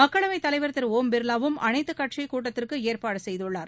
மக்களவைத் தலைவர் திரு ஓம் பிர்வாவும் அனைத்து கட்சி கட்சி கட்சி கூட்டத்திற்கு ஏற்பாடு செய்துள்ளார்